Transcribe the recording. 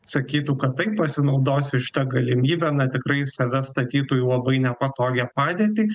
sakytų kad taip pasinaudosiu šita galimybe na tikrai save statytų į labai nepatogią padėtį